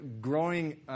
growing